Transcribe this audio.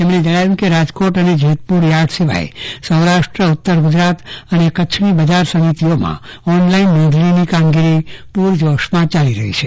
તેમમે જણાવ્યું કે રાજકોટ અને જેતપુર યાર્ડ સિવાય સૌરાષ્ટ્ર ઉત્તર ગુજરાત અને કચ્છ બજાર સમિતિમાં ઓનલાઇન નોંધણીની કામગીરી પુરજોશમાં ચાલી રહી છે